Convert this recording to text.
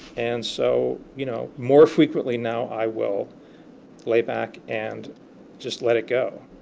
and so you know more frequently now i will lay back and just let it go.